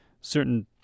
certain